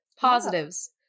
Positives